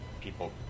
people